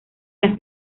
las